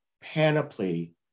panoply